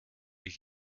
ich